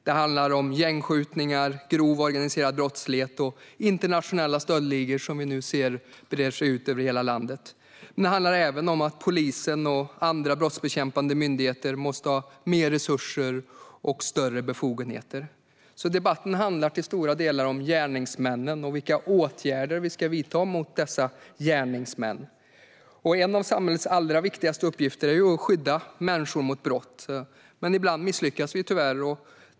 Det handlar om gängskjutningar, grov organiserad brottslighet och internationella stöldligor, som vi nu ser breda ut sig över hela landet. Det handlar även om att polisen och andra brottsbekämpande myndigheter måste ha mer resurser och större befogenheter. Debatten handlar till stora delar om gärningsmännen och vilka åtgärder vi ska vidta mot dessa gärningsmän. En av samhällets allra viktigaste uppgifter är att skydda människor mot brott. Men ibland misslyckas vi - tyvärr.